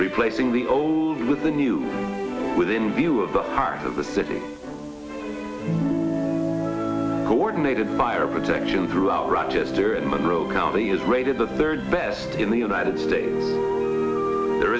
replacing the old with the new within view of the heart of the city coordinated fire protection throughout rochester and monroe county is rated the third best in the united states there